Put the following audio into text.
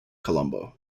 colombo